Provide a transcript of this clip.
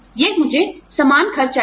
यह मुझे समान खर्च आएगा